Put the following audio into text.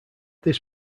this